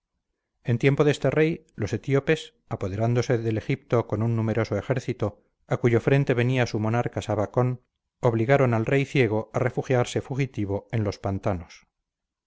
en tiempo de este rey los etíopes apoderándose del egipto con un numeroso ejército a cuyo frente venía su monarca sabacon obligaron al rey ciego a refugiarse fugitivo en los pantanos